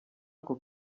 ako